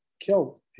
killed